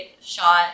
shot